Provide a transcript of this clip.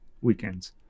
weekends